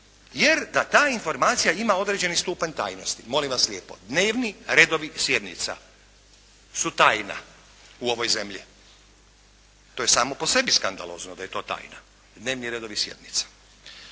jer da ta informacija ima određeni stupanj tajnosti, molim vas lijepo dnevni redovi sjednica su tajna u ovoj zemlji. To je sami po sebi skandalozno da je to tajna dnevni redovi sjednica.